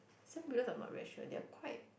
Sam Willows I'm not very sure they are quite